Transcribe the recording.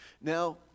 now